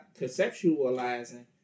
conceptualizing